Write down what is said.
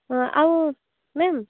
ହଁ ଆଉ ମ୍ୟାମ୍